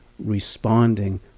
responding